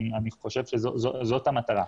אני חושב שזאת המטרה,